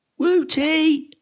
Wooty